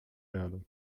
erde